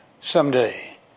Someday